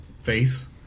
face